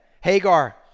Hagar